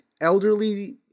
elderly